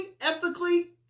ethically